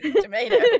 Tomato